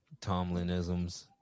Tomlinisms